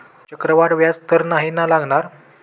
चक्रवाढ व्याज तर नाही ना लागणार?